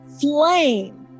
flame